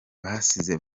basize